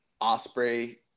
Osprey